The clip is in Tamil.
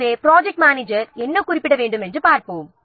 எனவே ப்ராஜெக்ட் மேனேஜர் என்ன குறிப்பிட வேண்டும் என்று பார்ப்போம்